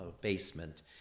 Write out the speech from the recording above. basement